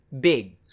big